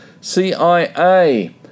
CIA